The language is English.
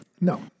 No